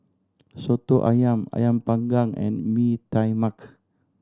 Soto Ayam Ayam Panggang and Mee Tai Mak